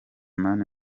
mani